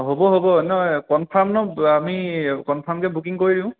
হ'ব হ'ব নহয় কনফাৰ্ম ন আমি কনফাৰ্মকে বুকিং কৰি দিওঁ